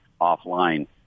offline